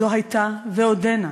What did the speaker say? זו הייתה, ועודנה,